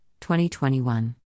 2021